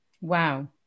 wow